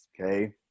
Okay